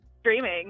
streaming